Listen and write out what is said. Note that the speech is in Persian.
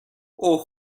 اوه